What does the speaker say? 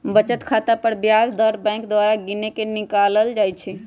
बचत खता पर ब्याज दर बैंक द्वारा गिनके निकालल जाइ छइ